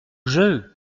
jeu